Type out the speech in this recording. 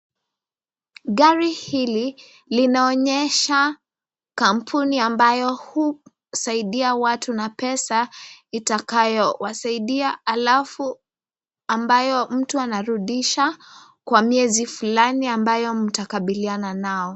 Gari hili, linaonyesha kampuni ambayo husaidia watu na pesa, itakayo wasaidia alafu ambayo mtu anarudisha kwa miezi fulani ambayo mtakubaliana nao.